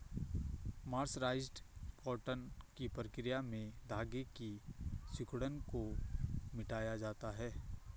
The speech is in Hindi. मर्सराइज्ड कॉटन की प्रक्रिया में धागे की सिकुड़न को मिटाया जाता है